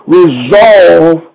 resolve